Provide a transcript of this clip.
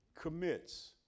commits